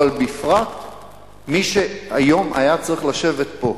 אבל בפרט מי שהיום היה צריך לשבת פה.